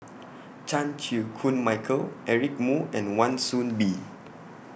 Chan Chew Koon Michael Eric Moo and Wan Soon Bee